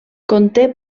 conté